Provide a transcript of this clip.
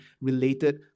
related